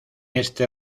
este